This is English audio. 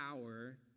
power